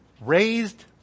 raised